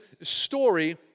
story